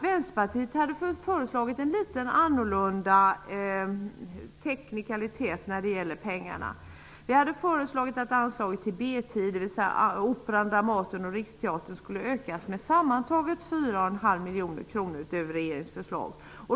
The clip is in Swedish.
Vänsterpartiet har föreslagit en litet annorlunda teknikalitet för pengarna. Vi har föreslagit att anslaget till B 10, dvs. anslaget till Operan, Dramaten och Riksteatern, skulle ökas med sammantaget 4,5 miljoner kronor utöver regeringens förslag.